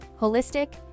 holistic